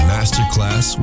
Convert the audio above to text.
Masterclass